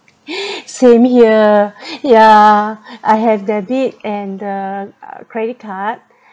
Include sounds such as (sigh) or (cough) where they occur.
(breath) same here (breath) yeah I have debit and a uh credit card (breath)